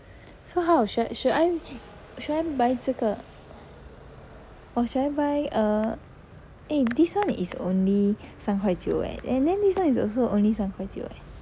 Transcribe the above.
so how should should I buy 这个 or should I buy err eh this [one] is only 三块九 eh and then this [one] is also only 三块九 eh